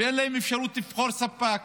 אין להם אפשרות לבחור ספק,